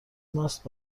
ماست